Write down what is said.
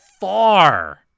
far